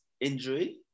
injury